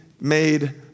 made